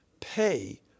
pay